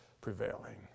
prevailing